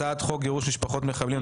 2. הצעת חוק גירוש משפחות מחבלים,